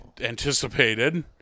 anticipated